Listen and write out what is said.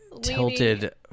Tilted